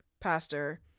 pastor